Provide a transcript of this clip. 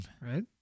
Right